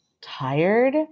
tired